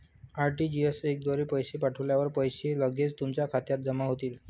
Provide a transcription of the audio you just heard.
RTGS द्वारे पैसे पाठवल्यावर पैसे लगेच तुमच्या खात्यात जमा होतील